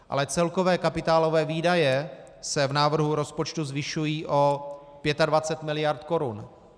Ale celkové kapitálové výdaje se v návrhu rozpočtu zvyšují o 25 miliard korun.